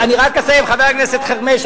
אני רק אסיים, חבר הכנסת חרמש.